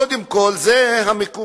קודם כול זה המקומות,